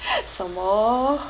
什么